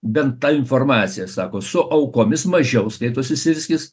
bent ta informacija sako su aukomis mažiau skaitosi syrskis